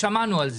שמענו על זה,